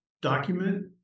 document